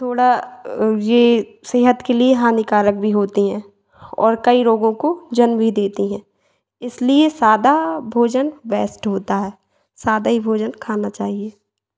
थोड़ा ये सेहत के लिए हानिकारक भी होती हैं और कई रोगों को जन्म भी देती हैं इसलिए सादा भोजन बेस्ट होता है सादा ही भोजन खाना चाहिए